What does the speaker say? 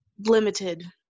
limited